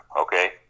okay